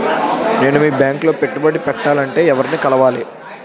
నేను మీ బ్యాంక్ లో పెట్టుబడి పెట్టాలంటే ఎవరిని కలవాలి?